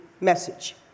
message